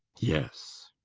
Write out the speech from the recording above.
yes.